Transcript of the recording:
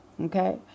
Okay